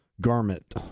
garment